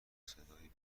صدای